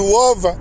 love